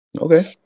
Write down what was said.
Okay